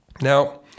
Now